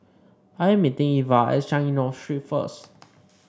I am meeting Iva at Changi North Street first